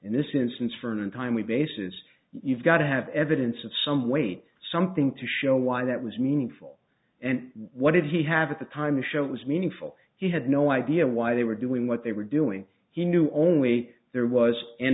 in this instance for an untimely basis you've got to have evidence of some weight something to show why that was meaningful and what did he have at the time to show it was meaningful he had no idea why they were doing what they were doing he knew only there was an